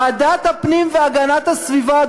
ועדת הפנים והגנת הסביבה,